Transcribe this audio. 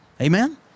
Amen